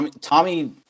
Tommy